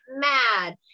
mad